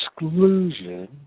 exclusion